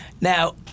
Now